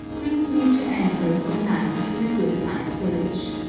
brings me to anchor for the night in a good-sized village.